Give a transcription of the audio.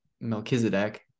Melchizedek